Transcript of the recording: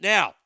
Now